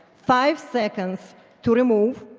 five seconds to remove,